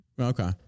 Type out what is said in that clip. Okay